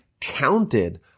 counted